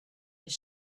his